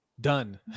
done